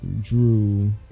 drew